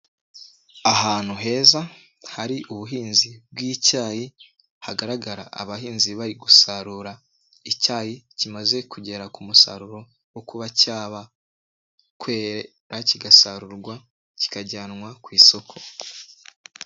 Ahantu heza hari ubuhinzi bw'icyayi, hagaragara abahinzi bari gusarura icyayi kimaze kugera ku musaruro wo kuba cyakwera kigasarurwa kikajyanwa ku isoko.